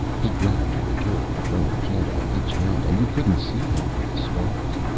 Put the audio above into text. he grabbed a rhetorical roman candle in each hand and you couldn't see him for the sparks.